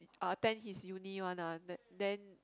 attend his uni one ah then then